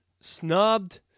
Snubbed